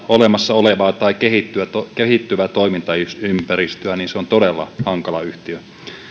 olemassa olevaa tai kehittyvää toimintaympäristöä joten se on todella hankala yhtälö